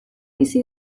bizi